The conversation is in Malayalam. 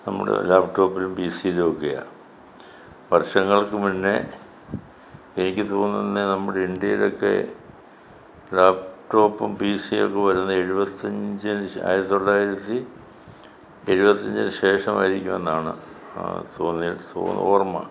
നമ്മുടെ ലാപ്ടോപ്പിലും പി സീ ലൊക്കെയാ വർഷങ്ങൾക്ക് മുന്നേ എനിക്ക് തോന്നുന്നത് നമ്മുടെ ഇന്ത്യയിലൊക്കെ ലാപ്ടോപ്പും പി സി യൊക്കെ വരുന്നത് എഴുപത്തഞ്ചിന് ആയിരത്തി തൊള്ളായിരത്തി എഴുപത്തഞ്ചിന് ശേഷമായിരിക്കുമെന്നാണ് ഓർമ